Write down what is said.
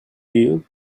you